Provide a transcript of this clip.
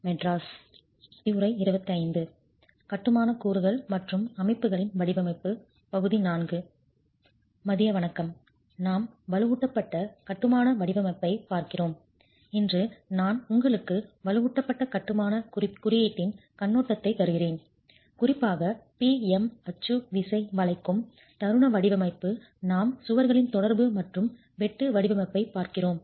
மதிய வணக்கம் நாம் வலுவூட்டப்பட்ட கட்டுமான வடிவமைப்பைப் பார்க்கிறோம் இன்று நான் உங்களுக்கு வலுவூட்டப்பட்ட கட்டுமான குறியீட்டின் கண்ணோட்டத்தை தருகிறேன் குறிப்பாக P M அச்சு விசை வளைக்கும் தருண வடிவமைப்பு நாம் சுவர்களின் தொடர்பு மற்றும் வெட்டு வடிவமைப்பைப் பார்க்கிறோம்